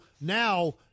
now